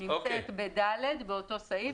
נמצאת בסעיף קטן 14ג(ד).